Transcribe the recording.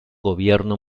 gobierno